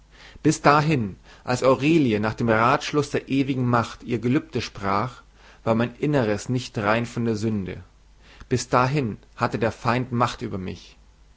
bis dahin als aurelie nach dem ratschluß der ewigen macht ihr gelübde sprach war mein innres nicht rein von der sünde bis dahin hatte der feind macht über mich